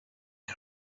این